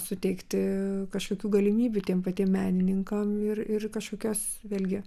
suteikti kažkokių galimybių tiem patiem menininkam ir ir kažkokios vėlgi